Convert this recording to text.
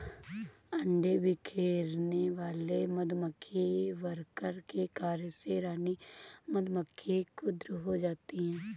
अंडे बिखेरने वाले मधुमक्खी वर्कर के कार्य से रानी मधुमक्खी क्रुद्ध हो जाती है